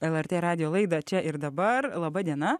lrt radijo laida čia ir dabar laba diena